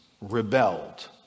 rebelled